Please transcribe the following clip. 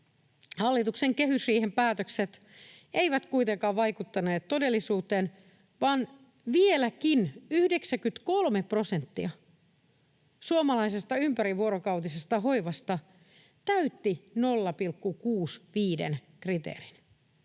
hallituksen kehysriihen päätökset eivät kuitenkaan vaikuttaneet todellisuuteen, vaan vieläkin 93 prosenttia suomalaisesta ympärivuorokautisesta hoivasta täytti 0,65:n kriteerin.